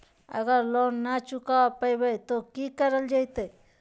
अगर लोन न चुका पैबे तो की करल जयते?